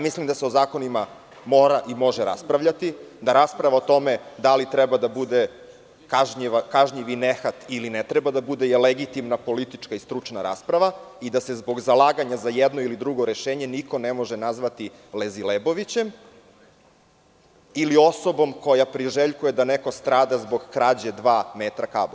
Mislim da se o zakonima može i mora raspravljati, da rasprava o tome da li treba da bude, kažnjiv nehat je legitimna politička i stručna rasprava i da se zbog zalaganja jednog ili drugog rešenja, niko ne može nazvati „lezilebovićem“ ili osobom koja priželjkuje da neko strada zbog krađe dva metra kabla.